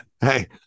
hey